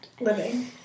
Living